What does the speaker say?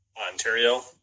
Ontario